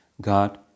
God